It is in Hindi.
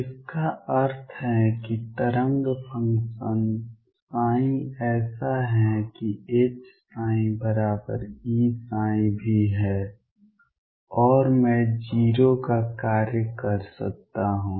इसका अर्थ है कि तरंग फंक्शन ऐसा है कि HψEψ भी है और मैं O का कार्य कर सकता हूं